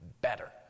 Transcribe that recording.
better